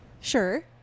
Sure